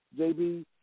JB